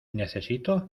necesito